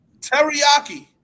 Teriyaki